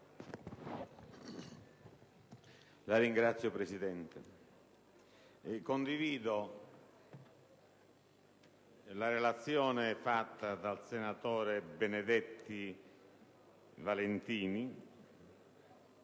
Signor Presidente, condivido la relazione svolta dal senatore Benedetti Valentini